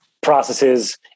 processes